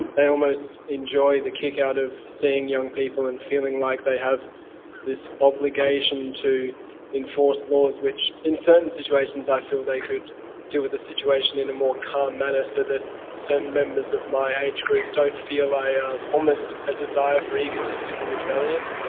they almost enjoy the kick out of seeing young people and feeling like they have this obligation to enforce laws which in certain situations i feel they could deal with the situation in a more calm manner so that certain members of my age group don't feel ah almost a desire for egotistical rebellion. ah